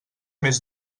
més